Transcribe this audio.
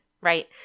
right